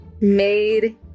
made